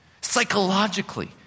psychologically